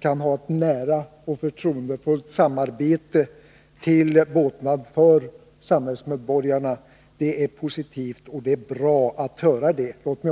kan ha ett nära och förtroendefullt samarbete till båtnad för samhällsmedborgarna är positiva och bra.